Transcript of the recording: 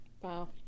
Wow